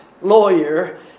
lawyer